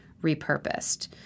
repurposed